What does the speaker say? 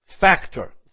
factor